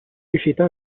riuscita